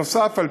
נוסף על